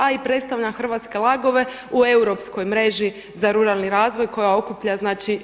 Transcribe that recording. A i predstavljam hrvatske … u europskoj mreži za ruralni razvoj koja okuplja znači